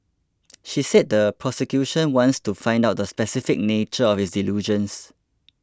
she said the prosecution wants to find out the specific nature of his delusions